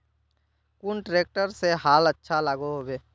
कुन ट्रैक्टर से हाल अच्छा लागोहो होबे?